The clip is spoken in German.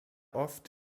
oft